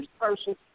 person